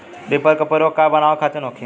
Reaper का प्रयोग का बनावे खातिन होखि?